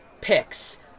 picks